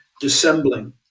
dissembling